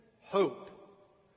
hope